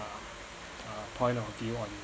uh point of view on